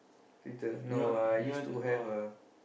with the no ah I used to have a